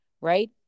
right